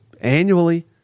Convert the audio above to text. annually